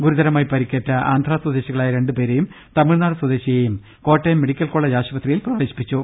ഗുരുതരമായി പരിക്കേറ്റ ആന്ധ്രാ സ്വദേശികളായ രണ്ടുപേരെയും തമിഴ്നാട് സ്വദേശിയെയും കോട്ടയം മെഡിക്കൽ കോളജ് ആശുപ ത്രിയിൽ പ്രവേശിപ്പിച്ചു